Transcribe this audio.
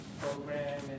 program